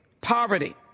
poverty